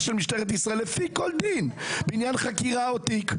של משטרת ישראל לפי כל דין בעניין חקירה או תיק.